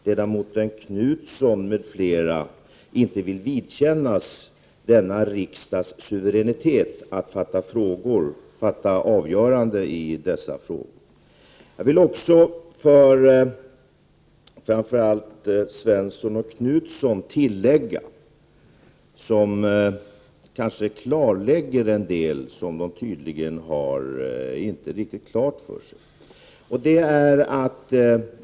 Ledamoten Knutson m.fl. vill inte vidkännas denna riksdags suveränitet att fatta avgöranden i dessa frågor. Jag vill till framför allt Karl-Gösta Svenson och Göthe Knutson tillägga något som klarlägger en del saker som de tydligen inte riktigt har klart för sig.